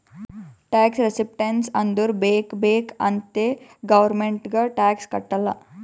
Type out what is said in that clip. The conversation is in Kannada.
ಟ್ಯಾಕ್ಸ್ ರೆಸಿಸ್ಟೆನ್ಸ್ ಅಂದುರ್ ಬೇಕ್ ಬೇಕ್ ಅಂತೆ ಗೌರ್ಮೆಂಟ್ಗ್ ಟ್ಯಾಕ್ಸ್ ಕಟ್ಟಲ್ಲ